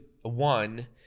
one